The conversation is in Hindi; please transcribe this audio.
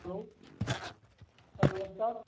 हलो सर नमस्कार